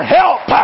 help